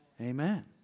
Amen